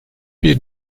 bir